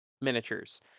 miniatures